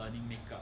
what do you make